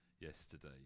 yesterday